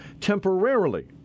temporarily